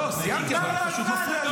לא סיימתי כי הוא פשוט מפריע לי.